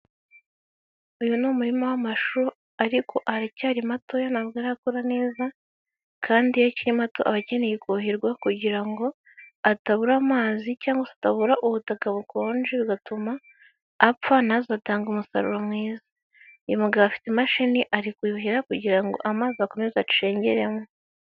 Uyu ni umurima w'amashu ariko aracyari matoya ntabwo arakora neza, kandi iyo akiri mato aba akeneye kuhirwa kugira ngo atabura amazi cyangwa se atabura ubutaka bukonje, bigatuma apfa ntazatange umusaruro mwiza. Uyu mugabo afite imashini ari kuyuhira kugira ngo amazi akomeze acengeremo.